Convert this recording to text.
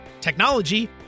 technology